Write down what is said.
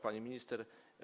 Pani Minister!